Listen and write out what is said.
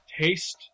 Taste